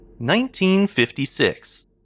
1956